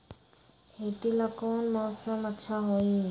खेती ला कौन मौसम अच्छा होई?